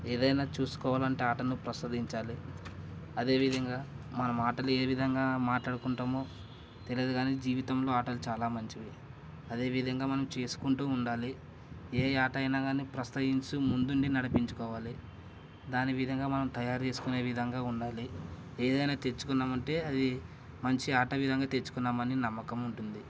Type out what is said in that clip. ఏదైనా చూసుకోవాలంటే ఆటను ప్రసాదించాలి అదేవిధంగా మన మాటలు ఏ విధంగా మాట్లాడుకుంటామో తెలీయదు గానీ జీవితంలో ఆటలు చాలా మంచివి అదేవిధంగా మనం చేసుకుంటూ ఉండాలి ఏ ఆటైనా గానీ ప్రస్తవించి ముందుండి నడిపించుకోవాలి దాని విధంగా మనం తయారు చేసుకునే విధంగా ఉండాలి ఏదైనా తెచ్చుకున్నామంటే అది మంచి ఆట విధంగా తెచ్చుకున్నామని నమ్మకం ఉంటుంది